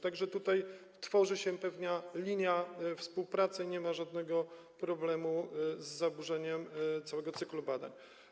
Tak że tutaj tworzy się pewna linia współpracy, nie ma żadnego problemu z zaburzeniem całego cyklu badań.